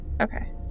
Okay